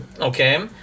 okay